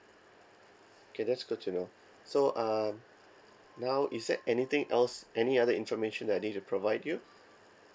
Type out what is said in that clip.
okay that's good to know so uh now is there anything else any other information that I need to provide you